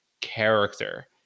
character